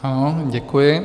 Ano, děkuji.